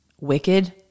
wicked